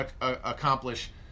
accomplish